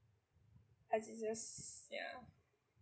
as in just yeah